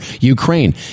ukraine